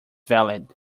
valid